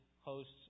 hosts